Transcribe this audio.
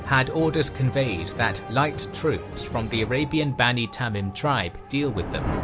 had orders conveyed that light troops from the arabian bani tamim tribe deal with them.